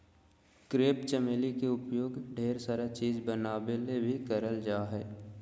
crepe चमेली के उपयोग ढेर सारा चीज़ बनावे ले भी करल जा हय